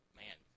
man